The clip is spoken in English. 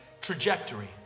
trajectory